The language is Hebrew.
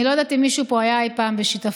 אני לא יודעת אם מישהו פה היה אי פעם בשיטפון.